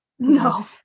no